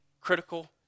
critical